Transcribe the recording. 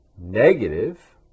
Negative